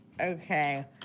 Okay